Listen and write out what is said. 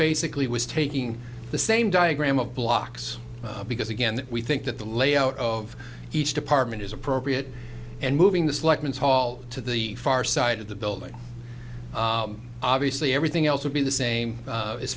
basically was taking the same diagram of blocks because again we think that the layout of each department is appropriate and moving the selections hall to the far side of the building obviously everything else would be the same